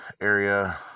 area